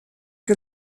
que